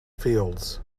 field